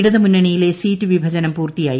ഇടതുമുന്നണിയിലെ seat വിഭജനം പൂർത്തിയായി